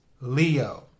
Leo